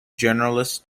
journalists